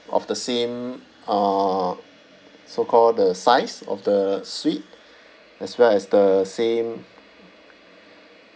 of the same uh so call the size of the suite as well as the same